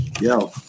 yo